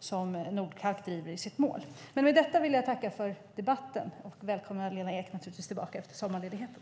som Nordkalk driver i sitt mål. Med detta vill jag tacka för debatten och välkomna Lena Ek tillbaka efter sommarledigheten.